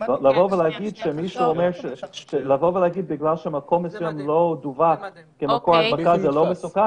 אין שום היגיון להגיד שבגלל שמקום מסוים לא דווח כמקור הדבקה,